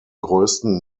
größten